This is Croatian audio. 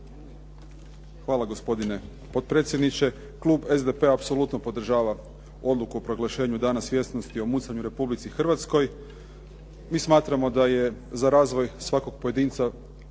Hvala gospodine potpredsjedniče. Klub SDP-a apsolutno podržava Odluku o proglašenju dana svjesnosti o mucanju u Republici Hrvatskoj. Mi smatramo da je za razvoj svakog pojedinca